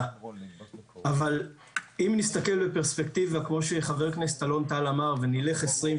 אבל אם נסתכל בפרספקטיבה כמו שחבר הכנסת אלון טל אמר,